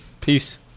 Peace